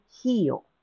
heal